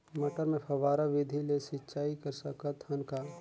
मटर मे फव्वारा विधि ले सिंचाई कर सकत हन का?